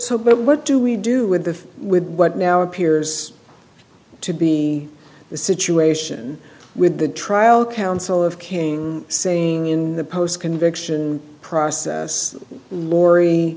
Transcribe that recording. so but what do we do with the with what now appears to be the situation with the trial council of king saying in the post conviction process l